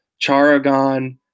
Charagon